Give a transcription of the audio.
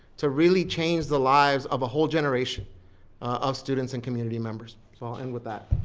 to really change the lives of a whole generation of students and community members. so i'll end with that,